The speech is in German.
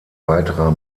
weiterer